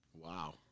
Wow